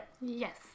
Yes